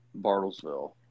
Bartlesville